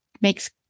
makes